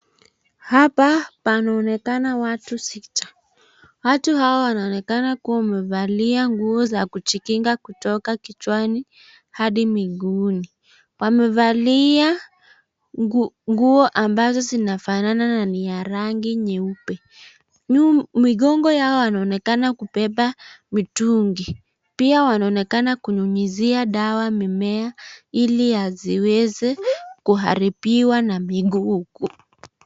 Hapa panaonekana watu Sita. Watu hawa wanaonekana kuwa wamevalia nguo za kujikinga kutoka kichwa hadi miguu. Wamevalia nguo ambazo zinafanana na niya rangi nyeupe. Mogongo yao yanaonekana kubeba mitungi. Pia wanaonekana kunyunyizia dawa mimea, ili aziweze kuharibiwa na miguu.